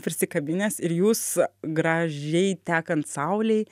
prisikabinęs ir jūs gražiai tekant saulei